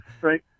Right